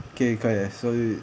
okay come I show you